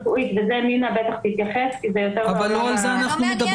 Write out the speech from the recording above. ולזה נינא בטח תתייחס כי זה יותר --- אבל לא על זה אנחנו מדברים.